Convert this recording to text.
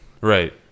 right